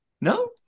no